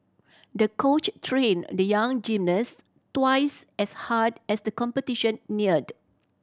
the coach trained the young gymnast twice as hard as the competition neared